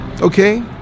okay